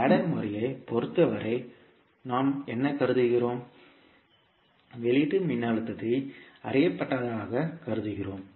ladder முறையைப் பொறுத்தவரை நாம் என்ன கருதுகிறோம் வெளியீட்டு மின்னழுத்தத்தை அறியப்பட்டதாக கருதுகிறோம்